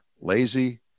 lazy